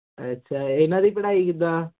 ਅੱਛਾ ਇਹਨਾਂ ਦੀ ਪੜਾਈ ਕਿੱਦਾਂ